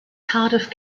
cardiff